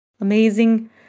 amazing